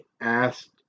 asked